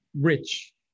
rich